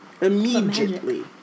immediately